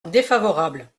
défavorable